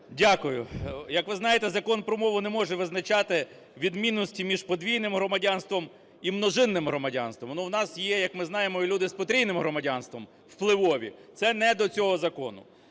Дякую. Як ви знаєте, Закон про мову не може визначати відмінності між подвійним громадянством і множинним громадянством. Он у нас є, як ми знаємо, і люди з потрійним громадянством впливові. Це не до цього закону.